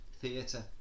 theatre